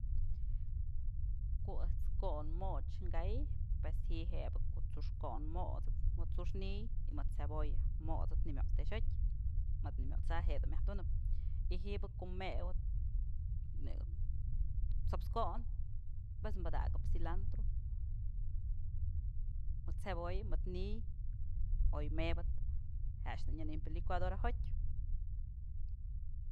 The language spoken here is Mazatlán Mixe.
Ko'o ëjt's kon moch ka'ay pues ji'i jebë ko'o t'suxk ko'on mot'sëp mëd t'suxk ni'iy mëdë cebolla mot'sëp ni'imyot's tëxotyë më ni'imyot'sa jedun myaj tunëp y ji'ib ko'o mëwëp t'saps ko'on pues padakëp cilantro cebolla mëd ni'iy oy mëbëp je'e a'ax dun nyënëmbyë licuadora jotyë.